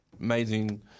amazing